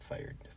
Fired